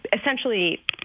essentially